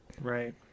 right